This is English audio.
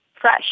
fresh